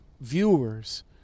viewers